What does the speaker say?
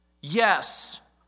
yes